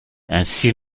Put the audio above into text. ainsi